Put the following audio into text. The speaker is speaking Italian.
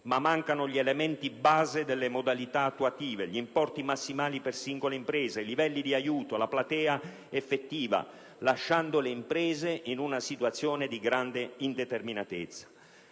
ma mancano gli elementi base delle modalità attuative, gli importi massimali per singola impresa, i livelli di aiuto, la platea effettiva, lasciando le imprese in una situazione di grande indeterminatezza.